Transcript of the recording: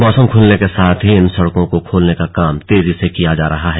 मौसम खुलने के साथ ही इन सड़कों को खोलने का काम तेजी से किया जा रहा है